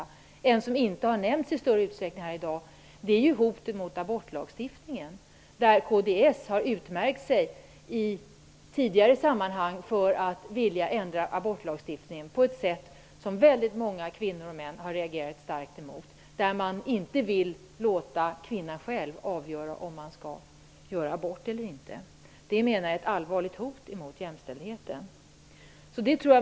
En fråga som dock inte har nämnts i någon större utsträckning i dag är hoten mot abortlagstiftningen. I tidigare sammanhang har kds utmärkt sig för att vilja ändra abortlagstiftningen på ett sätt som väldigt många kvinnor och män har reagerat starkt emot. Man vill inte låta kvinnan själv få avgöra om hon skall göra abort eller inte. Jag menar att det är ett allvarligt hot mot jämställdheten.